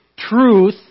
truth